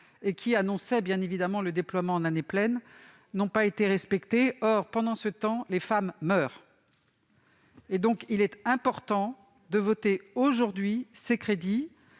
et qui annonçaient bien évidemment le déploiement en année pleine, n'ont pas été respectés. Pendant ce temps, des femmes meurent ! Exactement ! Il est donc important de voter ces crédits